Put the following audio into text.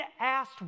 asked